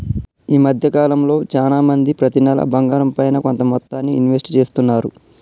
ఈ మద్దె కాలంలో చానా మంది ప్రతి నెలా బంగారంపైన కొంత మొత్తాన్ని ఇన్వెస్ట్ చేస్తున్నారు